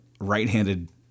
right-handed